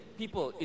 people